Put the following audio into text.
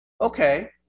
Okay